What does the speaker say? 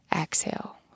Exhale